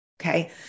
Okay